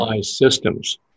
systems